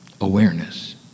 Awareness